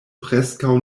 preskaŭ